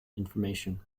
information